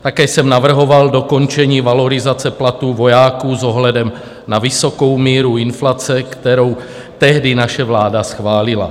Také jsem navrhoval dokončení valorizace platů vojáků s ohledem na vysokou míru inflace, kterou tehdy naše vláda schválila.